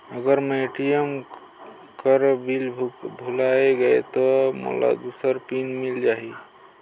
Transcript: अगर मैं ए.टी.एम कर पिन भुलाये गये हो ता मोला दूसर पिन मिल जाही?